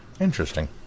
Interesting